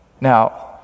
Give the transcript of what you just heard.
Now